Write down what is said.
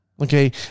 Okay